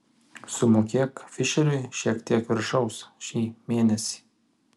sumokėk fišeriui šiek tiek viršaus šį mėnesį